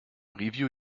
review